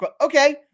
Okay